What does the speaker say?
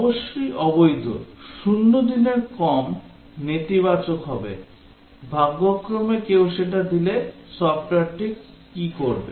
অবশ্যই অবৈধ 0 দিনের কম নেতিবাচক হবে ভাগ্যক্রমে কেউ সেটা দিলে সফটওয়্যারটি কি করবে